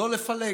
לא בלפלג.